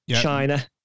China